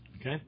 Okay